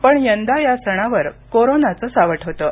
पण यंदा या सणावर कोरोनाचं सावट होतं